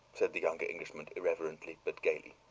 said the younger englishman, irrelevantly but gently.